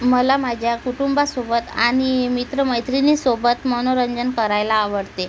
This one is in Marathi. मला माझ्या कुटुंबासोबत आणि मित्रमैत्रिणीसोबत मनोरंजन करायला आवडते